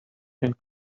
and